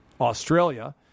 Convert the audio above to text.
Australia